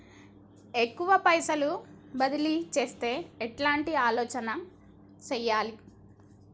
ఎక్కువ పైసలు బదిలీ చేత్తే ఎట్లాంటి ఆలోచన సేయాలి?